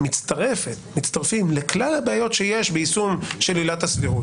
מצטרפים לכלל הבעיות שיש ביישום של עילת הסבירות,